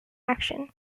action